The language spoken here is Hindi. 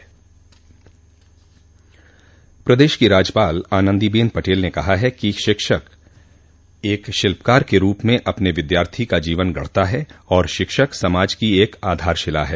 प्रदेश की राज्यपाल आनंदीबेन पटेल ने कहा है कि शिक्षक एक शिल्पकार के रूप में अपने विद्यार्थी का जीवन गढ़ता है और शिक्षक समाज की एक आधारशिला है